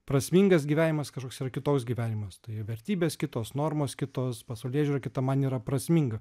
prasmingas gyvenimas kažkoks yra kitoks gyvenimas tai vertybės kitos normos kitos pasaulėžiūra kita man yra prasminga